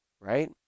right